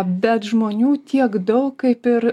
bet žmonių tiek daug kaip ir